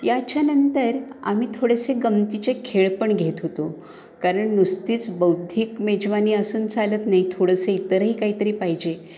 याच्यानंतर आम्ही थोडेसे गमतीचे खेळ पण घेत होतो कारण नुसतीच बौद्धिक मेजवानी असून चालत नाही थोडंसं इतरही काहीतरी पाहिजे